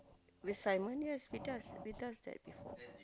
with Simon yes we does we does that before